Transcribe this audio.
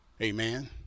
amen